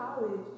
college